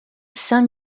saint